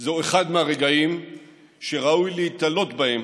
זה אחד הרגעים שראוי להתעלות בהם